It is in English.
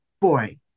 boy